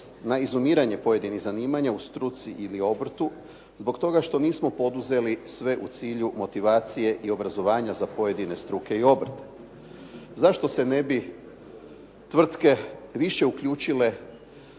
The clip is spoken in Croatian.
na izumiranje pojedinih zanimanja u struci ili obrtu zbog toga što nismo poduzeli svi u cilju motivacije i obrazovanja za pojedine struke i obrte. Zašto se ne bi tvrtke više uključile